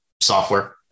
software